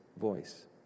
voice